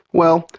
well,